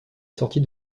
sortie